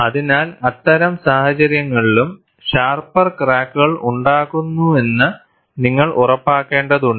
അതിനാൽ അത്തരം സാഹചര്യങ്ങളിലും ഷാർപ്പർ ക്രാക്കുകൾ ഉണ്ടാകുന്നുവെന്ന് നിങ്ങൾ ഉറപ്പാക്കേണ്ടതുണ്ട്